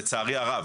לצערי רב.